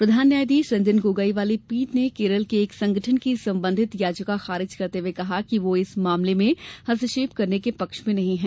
प्रधान न्याायाधीश रंजन गोगोई वाली पीठ ने केरल के एक संगठन की संबंधित याचिका खारिज करते हुए कहा कि वो इस मामले में हस्तक्षेप करने के पक्ष में नहीं है